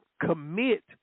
commit